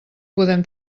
podem